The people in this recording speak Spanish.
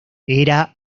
era